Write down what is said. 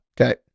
Okay